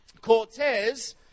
Cortez